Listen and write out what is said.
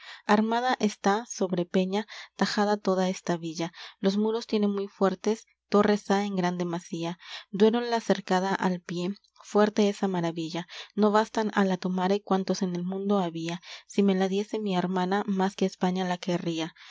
armada está sobre peña tajada toda esta villa los muros tiene muy fuertes torres há en gran demasía duero la cercaba al pié fuerte es á maravilla no bastan á la tomar cuántos en el mundo había si me la diese mi hermana más que á españa la querría